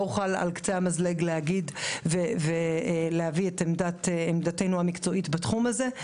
לא אוכל על קצה המזלג להגיד ולהביא את עמדתנו המקצועית בתחום הזה.